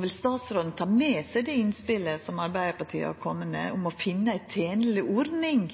Vil statsråden ta med seg det innspelet som Arbeidarpartiet har kome med, om å finna ei tenleg ordning,